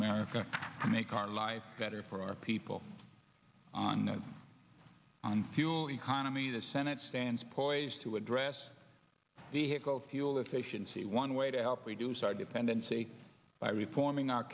america and make our lives better for our people on on fuel economy the senate stands poised to address vehicle fuel efficiency one way to help reduce our dependency by reporting our